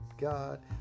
God